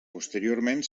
posteriorment